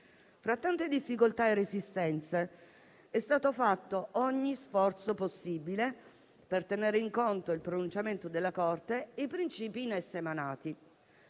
Tra tante difficoltà e resistenze, è stato fatto ogni sforzo possibile per tenere in conto il pronunciamento della Corte costituzionale e i